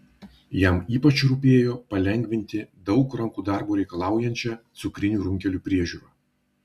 jam ypač rūpėjo palengvinti daug rankų darbo reikalaujančią cukrinių runkelių priežiūrą